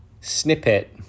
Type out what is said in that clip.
snippet